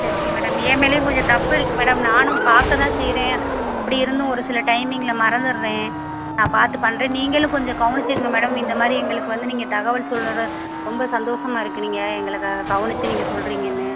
சரிங்க மேடம் என் மேலையும் கொஞ்சம் தப்பு இருக்குது மேடம் நானும் பார்க்க தான் செய்கிறேன் அப்படி இருந்தும் ஒரு சில டைமிங்கில் மறந்துடறேன் நான் பார்த்து பண்ணுறேன் நீங்களும் கொஞ்சம் கவனிச்சிக்கோங்க மேடம் இந்த மாதிரி எங்களுக்கு வந்து நீங்கள் தகவல் சொல்கிற ரொம்ப சந்தோஷமா இருக்குது நீங்கள் எங்களை கவனிச்சு நீங்கள் சொல்கிறீங்கனு